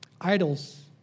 Idols